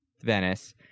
venice